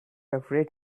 afraid